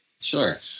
Sure